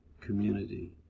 community